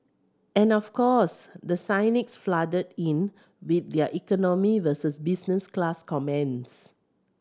and of course the cynics flooded in with their economy versus business class comments